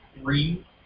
three